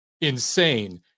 insane